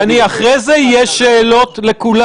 אחרי זה יהיו שאלות לכולם.